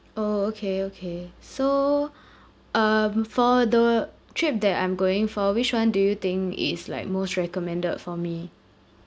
orh orh okay okay so um for the trip that I'm going for which one do you think is like most recommended for me